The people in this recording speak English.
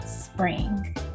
spring